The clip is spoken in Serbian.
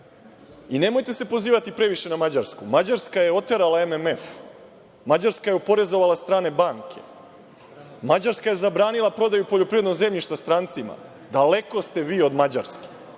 njega. Nemojte se pozivati previše na Mađarsku. Mađarska je oterala MMF. Mađarska je oporezovala strane banke. Mađarska je zabranila prodaju poljoprivrednog zemljišta strancima. Daleko ste vi od Mađarske.